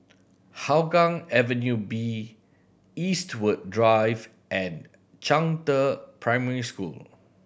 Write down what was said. Hougang Avenue B Eastwood Drive and Zhangde Primary School